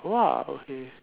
go out okay